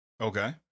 Okay